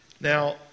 Now